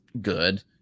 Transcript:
good